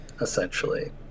essentially